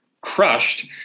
crushed